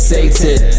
Satan